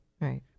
Right